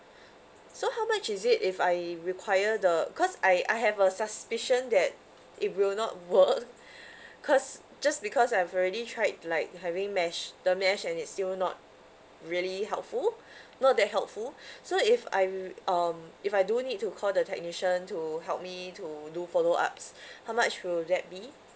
so how much is it if I require the cause I I have a suspicion that it will not work cause just because I've already tried like having mesh the mesh and it's still not really helpful not that helpful so if I r~ um if I do need to call the technician to help me to do follow ups how much will that be